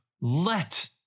Let